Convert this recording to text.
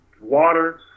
water